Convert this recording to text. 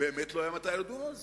באמת לא היה מתי לדון על זה.